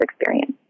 experience